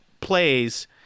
plays